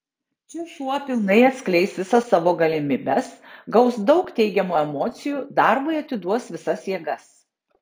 čia šuo pilnai atskleis visa savo galimybes gaus daug teigiamų emocijų darbui atiduos visas jėgas